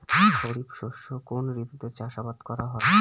খরিফ শস্য কোন ঋতুতে চাষাবাদ করা হয়?